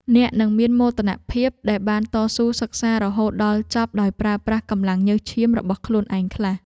អ្នកនឹងមានមោទនភាពដែលបានតស៊ូសិក្សារហូតដល់ចប់ដោយប្រើប្រាស់កម្លាំងញើសឈាមរបស់ខ្លួនឯងខ្លះ។